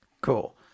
Cool